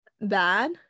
bad